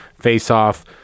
faceoff